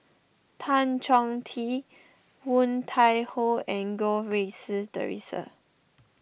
Tan Chong Tee Woon Tai Ho and Goh Rui Si theresa